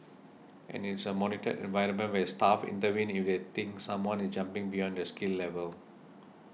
and it's a monitored environment where staff intervene if they think someone is jumping beyond their skill level